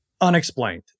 unexplained